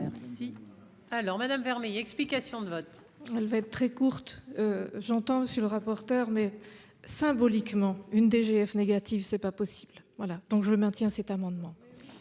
merci alors Madame Vermeillet, explications de vote. Elle va être très courte, j'entends monsieur le rapporteur, mais symboliquement une DGF négative, c'est pas possible, voilà donc je le maintiens, cet amendement.